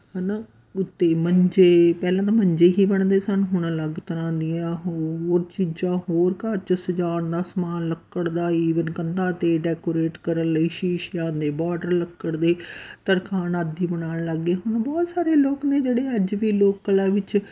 ਹੈ ਨਾ ਉੱਤੇ ਮੰਜੇ ਪਹਿਲਾਂ ਤਾਂ ਮੰਜੇ ਹੀ ਬਣਦੇ ਸਨ ਹੁਣ ਅਲੱਗ ਤਰ੍ਹਾਂ ਦੀਆਂ ਹੋਰ ਚੀਜ਼ਾਂ ਹੋਰ ਘਰ 'ਚ ਸਜਾਉਣ ਦਾ ਸਮਾਨ ਲੱਕੜ ਦਾ ਈਵਨ ਕੰਧਾਂ 'ਤੇ ਡੈਕੋਰੇਟ ਕਰਨ ਲਈ ਸ਼ੀਸ਼ਿਆਂ ਦੇ ਬੋਟਲ ਲੱਕੜ ਦੇ ਤਰਖਾਣ ਆਦਿ ਬਣਾਉਣ ਲੱਗ ਗਏ ਹੁਣ ਬਹੁਤ ਸਾਰੇ ਲੋਕ ਨੇ ਜਿਹੜੇ ਅੱਜ ਵੀ ਲੋਕ ਕਲਾ ਵਿੱਚ